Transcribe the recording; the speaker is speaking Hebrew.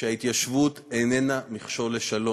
שההתיישבות איננה מכשול לשלום.